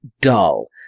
dull